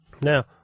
Now